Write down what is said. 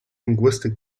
linguistic